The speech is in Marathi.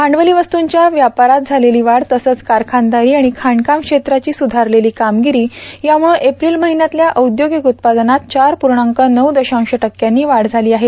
भांडवली वस्तूंच्या व्यापारात झालेली वाढ तसंच कारखानदारी आणि खाणकाम क्षेत्राची सुधारलेली कामगिरी यामुळं एप्रिल महिन्यातल्या औद्योगिक उत्पादनात चार पूर्णांक नऊ दशांश टक्क्यांनी वाढ झाली आहे